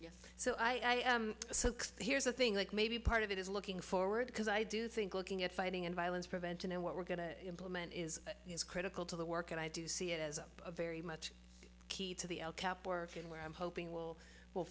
i here's the thing like maybe part of it is looking forward because i do think looking at fighting and violence prevention and what we're going to implement is critical to the work and i do see it as a very much key to the cap working where i'm hoping will w